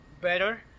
better